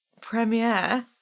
premiere